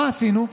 מה עשינו?